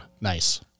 Nice